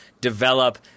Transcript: develop